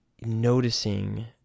noticing